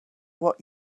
what